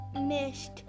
missed